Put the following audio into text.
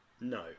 No